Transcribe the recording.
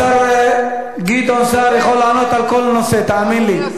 השר גדעון סער יכול לענות על כל נושא, תאמין לי.